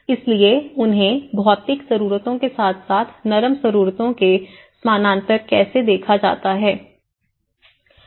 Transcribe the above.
इसलिए उन्हें भौतिक जरूरतों के साथ साथ नरम जरूरतों के समानांतर कैसे देखा जाता है